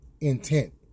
intent